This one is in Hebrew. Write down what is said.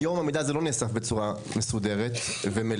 היום המידע הזה לא נאסף בצורה מסודרת ומלאה.